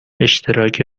اشتراک